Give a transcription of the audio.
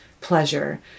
pleasure